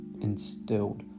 instilled